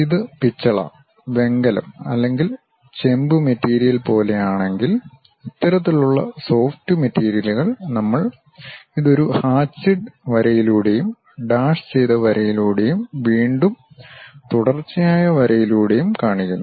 ഇത് പിച്ചള വെങ്കലം അല്ലെങ്കിൽ ചെമ്പ് മെറ്റീരിയൽ പോലെയാണെങ്കിൽ ഇത്തരത്തിലുള്ള സോഫ്റ്റ് മെറ്റീരിയലുകൾ നമ്മൾ ഇത് ഒരു ഹാചിഡ് വരയിലൂടെയും ഡാഷ് ചെയ്ത വരയിലൂടെയും വീണ്ടും തുടർച്ചയായ വരയിലൂടെയും കാണിക്കുന്നു